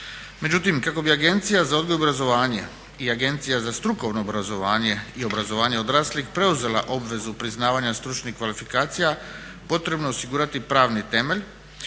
Međutim kako bi Agencija za odgoj i obrazovanje i Agencija za strukovno obrazovanje i obrazovanje odraslih preuzela obvezu priznavanja stručnih kvalifikacija, potrebno je osigurati pravni temelj